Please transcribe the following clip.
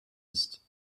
ist